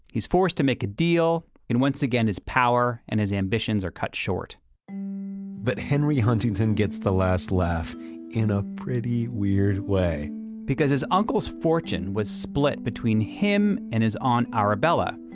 he's forced to make a deal, and once again his power and his ambitions are cut short but henry huntington gets the last laugh in a pretty weird way because his uncle's fortune was split between him and his aunt arabella.